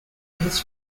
his